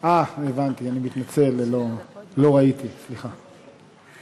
אני מתנצל, לא ראיתי, סליחה.